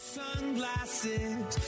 sunglasses